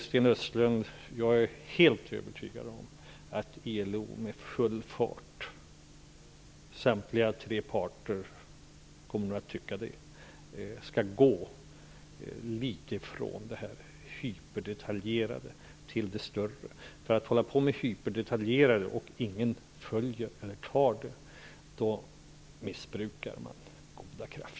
Sten Östlund, jag är helt övertygad om att ILO och de övriga tre parterna också kommer att tycka så. Man skall gå från det hyperdetaljerade till det större. Det är att missbruka goda krafter när man håller på det hyperdetaljerade.